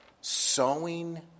Sowing